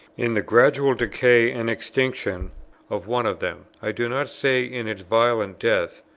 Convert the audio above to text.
in the gradual decay and extinction of one of them i do not say in its violent death,